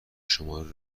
شماره